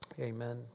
amen